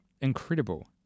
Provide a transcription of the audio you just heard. incredible